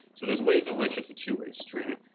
so there's ways in which it's a two way street.